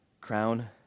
crown